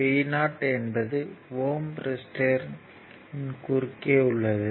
V o என்பது ohm ரெசிஸ்டர்யின் குறுக்கே உள்ளது